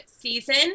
season